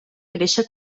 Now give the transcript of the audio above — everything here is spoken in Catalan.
créixer